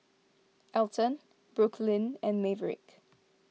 Elton Brooklynn and Maverick